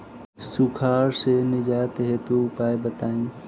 सुखार से निजात हेतु उपाय बताई?